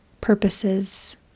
purposes